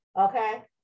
Okay